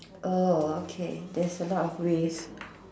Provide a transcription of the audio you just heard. oh okay there's a lot of ways